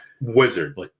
wizard